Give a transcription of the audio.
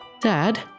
dad